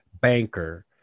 banker